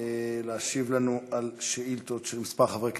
להשיב לנו על שאילתות של כמה חברי כנסת.